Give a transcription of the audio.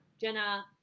Jenna